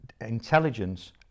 intelligence